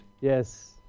Yes